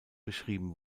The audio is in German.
beschrieben